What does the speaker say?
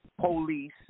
police